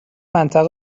منطقه